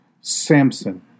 Samson